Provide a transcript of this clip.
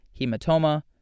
hematoma